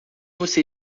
você